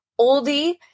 oldie